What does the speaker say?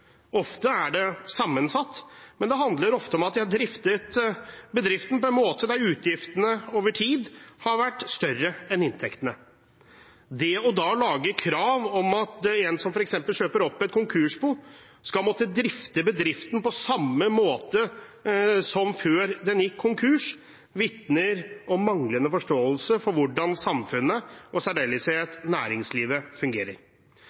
Ofte er det sammensatt, men det handler ofte om at de har driftet bedriften på en måte der utgiftene over tid har vært større enn inntektene. Det å lage krav om at en som f.eks. kjøper opp et konkursbo, skal måtte drifte bedriften på samme måte som før den gikk konkurs, vitner om manglende forståelse for hvordan samfunnet og – i særdeleshet – næringslivet fungerer.